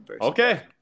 Okay